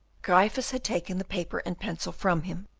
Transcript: gryphus had taken the paper and pencil from him,